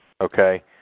Okay